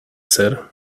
said